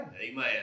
Amen